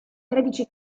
tredici